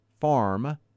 farm